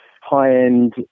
high-end